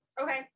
Okay